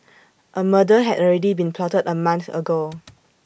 A murder had already been plotted A month ago